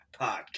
Podcast